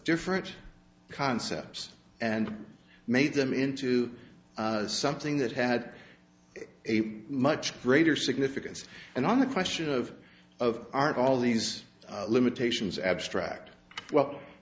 different concepts and made them into something that had a much greater significance and on the question of of art all these limitations abstract well